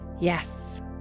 yes